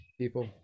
people